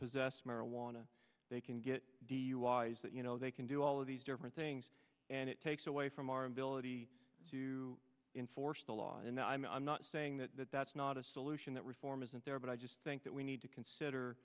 possess marijuana they can get duis that you know they can do all of these different things and it takes away from our ability to enforce the law and i'm not saying that that's not a solution that reform isn't there but i just think that we need to consider